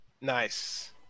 Nice